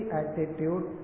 attitude